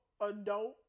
adult